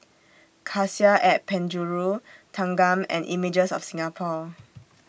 Cassia At Penjuru Thanggam and Images of Singapore